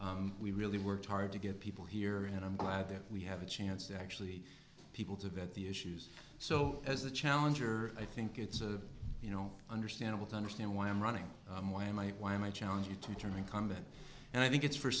we really worked hard to get people here and i'm glad that we have a chance actually people to vet the issues so as a challenger i think it's a you know understandable to understand why i'm running why am i why am i challenge you to turn incumbent and i think it's for